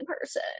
person